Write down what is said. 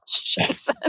Jesus